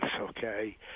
okay